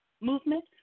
movement